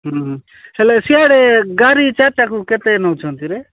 ହେଲେ ସିଆଡ଼େ ଗାଡ଼ି ଚାରିଟାକୁ କେତେ ନଉଛନ୍ତି ରେ